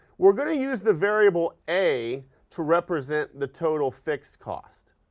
we're going to use the variable a to represent the total fixed cost,